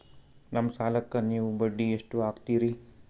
ನಮ್ಮ ಸಾಲಕ್ಕ ನೀವು ಬಡ್ಡಿ ಎಷ್ಟು ಹಾಕ್ತಿರಿ?